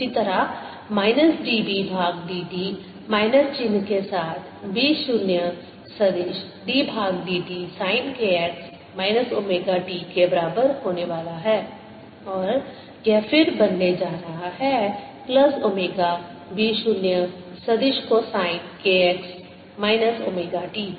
इसी तरह minus dB भाग dt माइनस चिह्न के साथ B 0 सदिश d भाग dt sine k x minus omega t के बराबर होने वाला है और यह फिर बनने जा रहा है प्लस ओमेगा B 0 सदिश cosine k x minus omega t